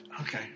Okay